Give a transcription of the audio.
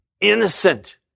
innocent